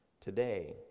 Today